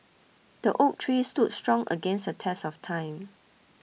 the oak tree stood strong against the test of time